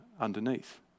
underneath